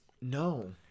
No